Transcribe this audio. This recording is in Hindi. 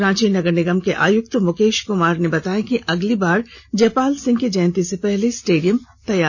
रांची नगर निगम के आयुक्त मुकेश कुमार ने बताया कि अगली बार जयपाल सिंह की जयंती से पहले स्टेडियम तैयार कर लिया जाएगा